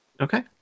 Okay